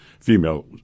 female